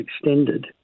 extended